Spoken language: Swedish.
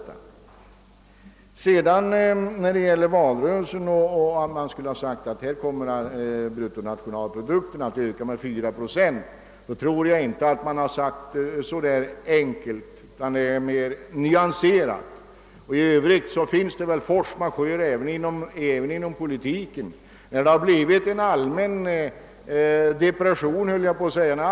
Herr Gustafson gjorde vidare gällande att från vårt håll under valrörelsen förutskickats att bruttonationalprodukten skulle komma att öka med 4 procent. Jag tror inte att man gjort ett så renodlat påstående, utan man har nog uttryckt sig mera nyanserat. Dessutom existerar väl begreppet force majeure även inom politiken.